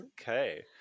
Okay